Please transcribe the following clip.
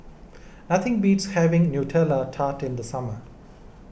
nothing beats having Nutella Tart in the summer